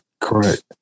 Correct